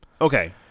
Okay